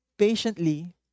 Patiently